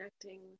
connecting